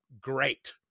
great